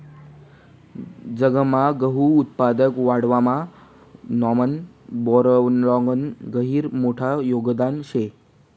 जगमान गहूनं उत्पादन वाढावामा नॉर्मन बोरलॉगनं गहिरं मोठं योगदान शे